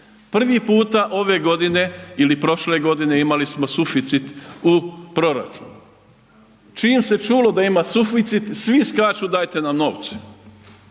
Prvi puta ove godine ili prošle godine imali smo suficit u proračunu, čim se čulo da ima suficit svi skaču dajte nam novce.